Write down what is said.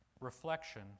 reflection